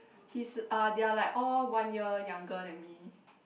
he's uh they're like all one year younger than me